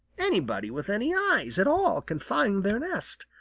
anybody with any eyes at all can find their nest.